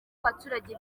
abaturage